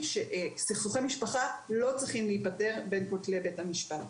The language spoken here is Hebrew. סכסוכי משפחה לא צריכים להיפתר בין כתלי בית המשפט.